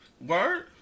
Word